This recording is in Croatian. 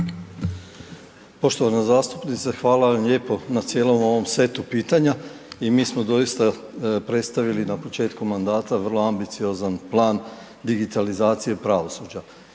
Poštovana zastupnice hvala vam lijepo na cijelom ovom setu pitanja. I mi smo doista predstavili na početku mandata vrlo ambiciozan plan digitalizacije pravosuđa